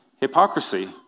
hypocrisy